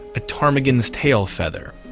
a ptarmigan's tail feather.